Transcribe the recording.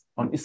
on